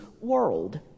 world